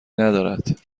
ندارد